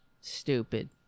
stupid